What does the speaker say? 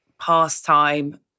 pastime